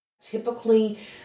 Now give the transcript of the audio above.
Typically